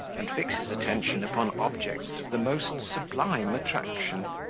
and fix his attention upon objects of the most sublime attraction.